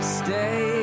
stay